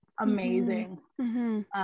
amazing